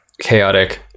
chaotic